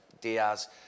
Diaz